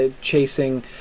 chasing